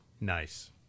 Nice